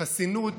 חסינות